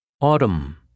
Autumn